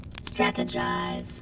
Strategize